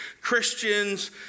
Christians